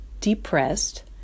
depressed